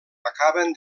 acaben